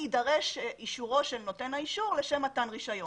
יידרש אישורו של נותן האישור לשם מתן רישיון.